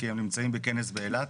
כי הם נמצאים בכנס באילת.